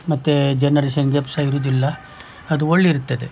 ಮತ್ತೆ generation gap ಸಹ ಇರೋದಿಲ್ಲ ಅದು ಒಳ್ಳೆ ಇರ್ತದೆ